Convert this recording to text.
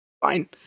Fine